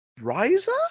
Riser